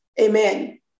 Amen